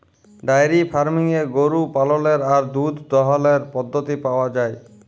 diary ফার্মিংয়ে গরু পাললের আর দুহুদ দহালর পদ্ধতি পাউয়া যায়